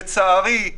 לצערי,